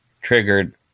triggered